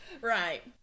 Right